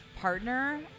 partner